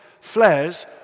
flares